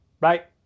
right